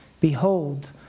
Behold